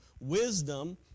wisdom